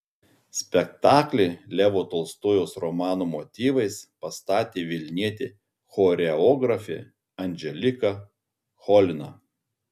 spektaklį levo tolstojaus romano motyvais pastatė vilnietė choreografė anželika cholina